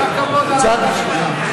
כל הכבוד, כבוד השר.